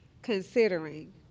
considering